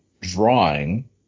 drawing